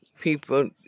People